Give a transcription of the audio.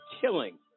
killing